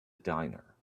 diner